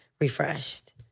refreshed